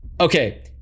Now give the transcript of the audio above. Okay